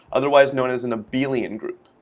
otherwise known as an abelian group